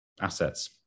assets